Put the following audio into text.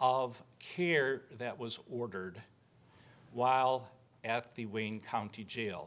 of care that was ordered while at the wing county jail